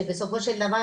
שבסופו של דבר,